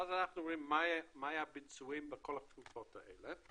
ואז אנחנו רואים מה היו הביצועים בכל התקופות האלה.